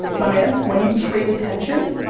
my man, when you trade attention,